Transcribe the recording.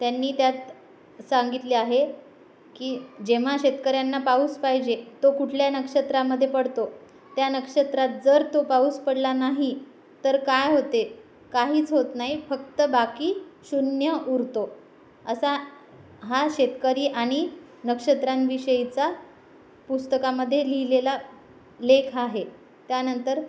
त्यांनी त्यात सांगितले आहे की जेव्हा शेतकऱ्यांना पाऊस पाहिजे तो कुठल्या नक्षत्रामध्ये पडतो त्या नक्षत्रात जर तो पाऊस पडला नाही तर काय होते काहीच होत नाही फक्त बाकी शू न्य उरते असा हा शेतकरी आणि नक्षत्रांविषयीचा पुस्तकामध्ये लिहिलेला लेख आहे त्यानंतर